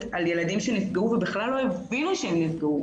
על ילדים שנפגעו ובכלל לא הבינו שהם נפגעו,